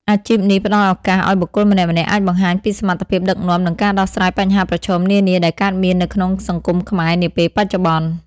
អាជីពនេះផ្តល់ឱកាសឱ្យបុគ្គលម្នាក់ៗអាចបង្ហាញពីសមត្ថភាពដឹកនាំ និងការដោះស្រាយបញ្ហាប្រឈមនានាដែលកើតមាននៅក្នុងសង្គមខ្មែរនាពេលបច្ចុប្បន្ន។